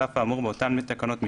על אף האמור באותן תקנות משנה,